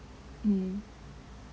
mm